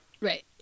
right